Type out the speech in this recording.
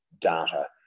data